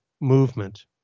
movement